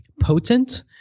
potent